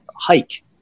Hike